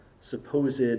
supposed